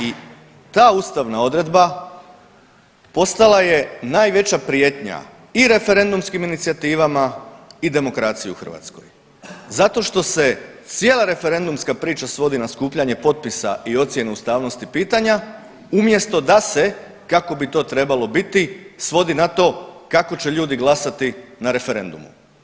I ta ustavna odredba postala je najveća prijetnja i referendumskim inicijativama i demokraciji u Hrvatskoj zato što se cijela referendumska priča svodi na skupljanje potpisa i ocjene ustavnosti pitanja, umjesto da se kako bi to trebalo biti svodi na to kako će ljudi glasati na referendumu.